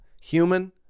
Human